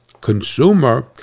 consumer